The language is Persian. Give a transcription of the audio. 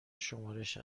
شمارش